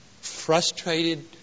frustrated